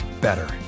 better